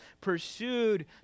pursued